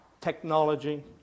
technology